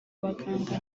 abaganga